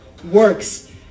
works